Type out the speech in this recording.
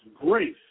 grace